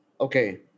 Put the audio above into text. Okay